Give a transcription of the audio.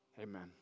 amen